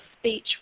speech